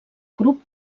grup